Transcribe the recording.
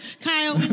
Kyle